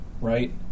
Right